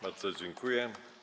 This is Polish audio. Bardzo dziękuję.